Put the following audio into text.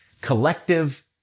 Collective